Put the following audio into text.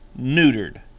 neutered